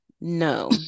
no